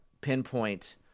pinpoint